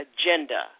agenda